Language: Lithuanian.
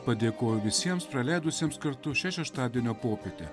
padėkoju visiems praleidusiems kartušią šeštadienio popietę